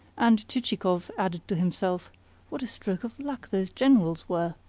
and chichikov added to himself what a stroke of luck those generals were!